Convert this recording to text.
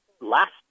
last